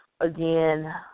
again